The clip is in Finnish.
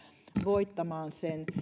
voittamaan sen